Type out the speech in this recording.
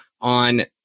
on